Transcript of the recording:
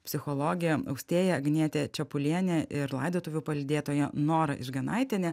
psichologė austėja agnietė čepulienė ir laidotuvių palydėtoja nora išganaitienė